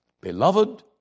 Beloved